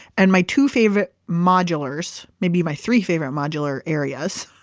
and my two favorite modulars, maybe my three favorite modular areas,